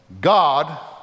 God